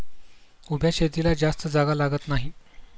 उभ्या शेतीला जास्त जागा लागत नाही